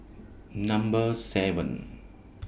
Number seven